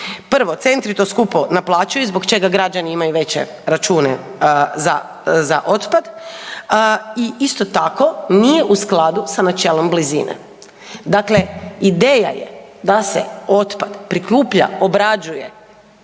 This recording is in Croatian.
Prvo, centri to skupo naplaćuju zbog čega građani imaju veće račune za otpad i isto tako, nije u skladu s načelom blizine. Dakle, ideja je da se otpad prikuplja, obrađuje,